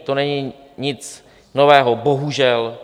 To není nic nového, bohužel.